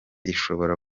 ishobora